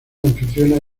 anfitriona